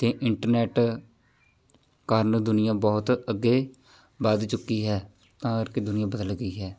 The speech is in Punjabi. ਅਤੇ ਇੰਟਰਨੈੱਟ ਕਾਰਨ ਦੁਨੀਆਂ ਬਹੁਤ ਅੱਗੇ ਵੱਧ ਚੁੱਕੀ ਹੈ ਭਾਵ ਕਿ ਦੁਨੀਆਂ ਬਦਲ ਗਈ ਹੈ